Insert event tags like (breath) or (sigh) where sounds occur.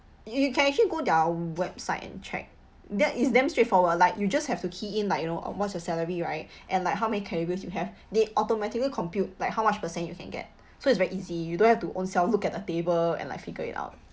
you can actually go their website and check that is damn straightforward like you just have to key in like you know what's your salary right (breath) and like how many credibles you have they automatically compute like how much percent you can get (breath) so it's very easy you don't have to own self look at a table and like figure it out